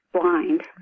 blind